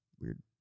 Weird